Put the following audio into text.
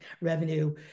revenue